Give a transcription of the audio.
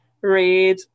read